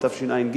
בתשע"ג,